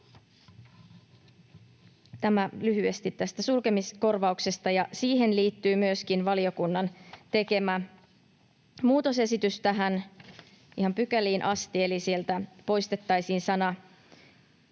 Tämä lyhyesti tästä sulkemiskorvauksesta, ja siihen liittyy myöskin valiokunnan tekemä muutosesitys ihan pykäliin asti, eli sieltä poistettaisiin sana